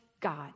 God